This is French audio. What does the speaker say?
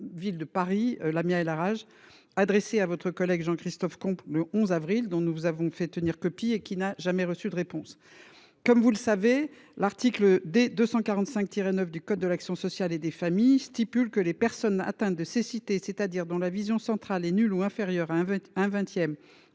Lamia El Aaraje, qu’elle a adressé à votre collègue Jean Christophe Combe le 11 avril dernier – nous vous en avons fait tenir copie – et qui n’a jamais reçu de réponse. Comme vous le savez, l’article D. 245 9 du code de l’action sociale et des familles dispose que :« Les personnes atteintes de cécité, c’est à dire dont la vision centrale est nulle ou inférieure à 1/20 de